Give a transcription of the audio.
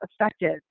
effective